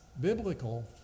biblical